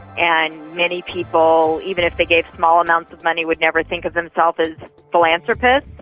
and many people even if they gave small amounts of money would never think of themselves as philanthropists.